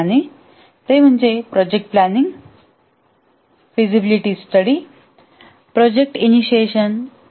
आणि ते म्हणजे project planning feasibility study project initiation इ